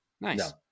Nice